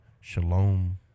Shalom